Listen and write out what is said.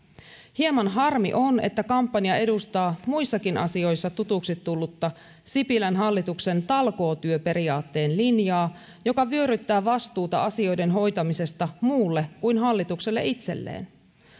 hieman harmi on että kampanja edustaa muissakin asioissa tutuksi tullutta sipilän hallituksen talkootyöperiaatteen linjaa joka vyöryttää vastuuta asioiden hoitamisesta muille kuin hallitukselle itselleen